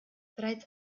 bereits